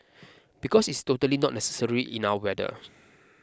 because it is totally not necessary in our weather